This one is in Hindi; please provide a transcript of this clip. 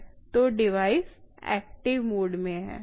तो डिवाइस एक्टिव मोड में है